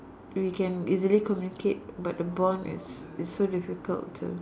we can easily communicate but the bond it's it's so difficult to